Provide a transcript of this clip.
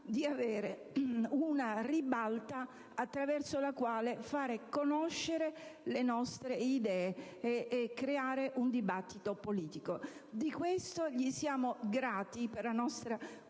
di avere una ribalta con la quale far conoscere le nostre idee e creare un dibattito politico. Di questo gli siamo grati: la nostra